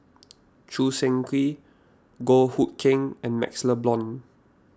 Choo Seng Quee Goh Hood Keng and MaxLe Blond